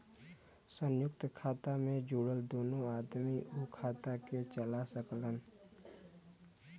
संयुक्त खाता मे जुड़ल दुन्नो आदमी उ खाता के चला सकलन